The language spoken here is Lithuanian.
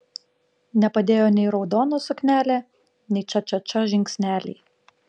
nepadėjo nei raudona suknelė nei ča ča ča žingsneliai